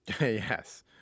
yes